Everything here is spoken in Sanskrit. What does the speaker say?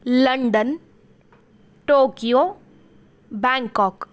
London Tokyo Bangkok